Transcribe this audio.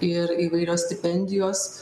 ir įvairios stipendijos